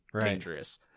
dangerous